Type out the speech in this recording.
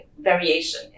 variation